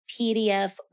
PDF